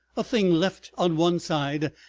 a thing left on one side,